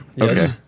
Okay